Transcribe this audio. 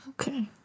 Okay